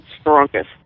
strongest